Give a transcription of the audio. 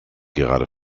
gerade